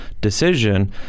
decision